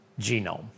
genome